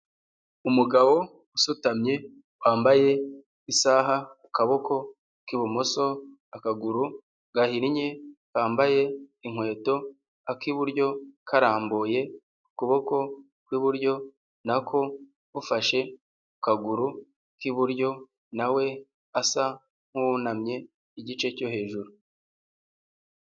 Umugabo usutamye wambaye isaha ku kaboko k'ibumoso, akaguru gahinnye kambaye inkweto, ak'iburyo karambuye ukuboko kw'iburyo nako gufashe ku kaguru k'iburyo na we asa nk'uwunamye igice cyo hejuru.